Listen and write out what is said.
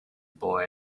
boy